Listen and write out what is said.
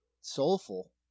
soulful